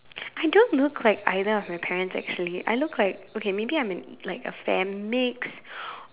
I don't look like either of my parents actually I look like okay maybe I'm like a fair mix